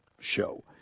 show